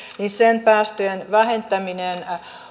noen päästöjen vähentäminen